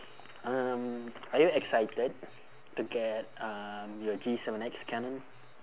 um are you excited to get um your G seven X canon